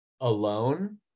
alone